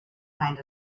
kind